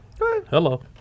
Hello